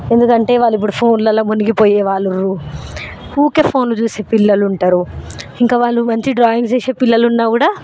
ఎందుకంటే వాళ్ళు ఇప్పుడు ఫోన్లలో మునిపోయే వాళ్లురు ఊకే ఫోన్లు చూసే పిల్లలు ఉంటారు ఇంకా వాళ్ళు మంచి డ్రాయింగ్స్ వేసే పిల్లలు ఉన్న కూడా